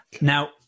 Now